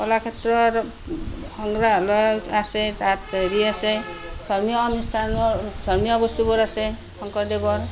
কলাক্ষেত্ৰ সংগ্ৰাহালয় আছে তাত হেৰি আছে ধৰ্মীয় অনুষ্ঠানৰ ধৰ্মীয় বস্তুবোৰ আছে শংকৰদেৱৰ